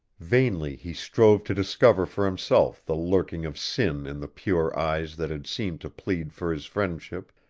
vainly he strove to discover for himself the lurking of sin in the pure eyes that had seemed to plead for his friendship,